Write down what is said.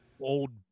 Old